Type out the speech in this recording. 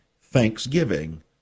thanksgiving